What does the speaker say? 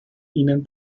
ihnen